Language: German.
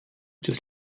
das